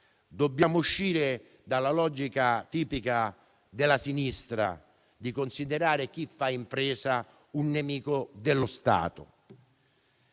Dobbiamo uscire dalla logica tipica della sinistra che considera chi fa impresa un nemico dello Stato.